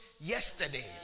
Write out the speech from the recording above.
yesterday